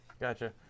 Gotcha